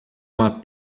uma